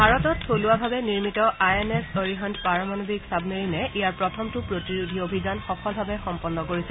ভাৰতত থলুৱাভাৱে নিৰ্মিত আই এন এছ অৰিহাণ্ট পাৰমাণৱিক ছাবমেৰিনে ইয়াৰ প্ৰথমটো প্ৰতিৰোধী অভিযান সফলভাৱে সম্পূৰ্ণ কৰিছে